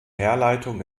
herleitung